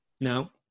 No